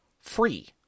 free